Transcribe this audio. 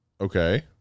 Okay